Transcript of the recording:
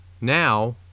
now